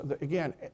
Again